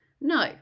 No